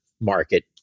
market